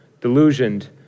delusioned